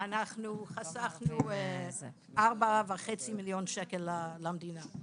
אנחנו חסכנו 4.5 מיליון שקל למדינה.